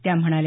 त्या म्हणाल्या